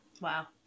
Wow